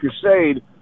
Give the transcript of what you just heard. Crusade